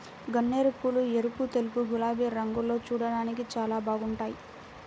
గన్నేరుపూలు ఎరుపు, తెలుపు, గులాబీ రంగుల్లో చూడ్డానికి చాలా బాగుంటాయ్